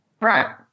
Right